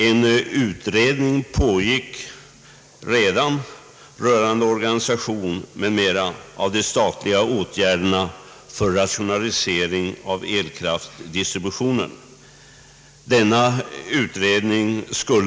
En utredning pågick redan rörande organisationen m.m. av de statliga åtgärderna för rationalisering av elkraftdistributionen.